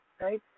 right